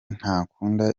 ntakunda